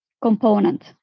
component